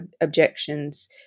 objections